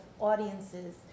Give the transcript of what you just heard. audiences